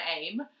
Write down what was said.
aim